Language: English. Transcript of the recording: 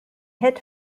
hit